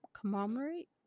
Commemorate